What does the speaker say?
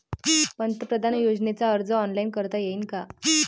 पंतप्रधान योजनेचा अर्ज ऑनलाईन करता येईन का?